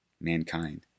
mankind